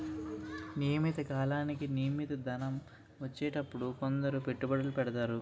నియమిత కాలానికి నియమిత ధనం వచ్చేటట్టుగా కొందరు పెట్టుబడులు పెడతారు